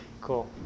Cool